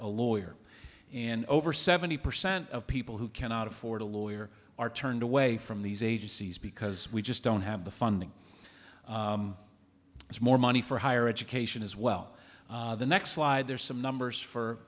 a lawyer and over seventy percent of people who cannot afford a lawyer are turned away from these agencies because we just don't have the funding it's more money for higher education as well the next slide there's some numbers for